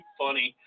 funny